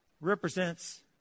represents